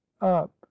up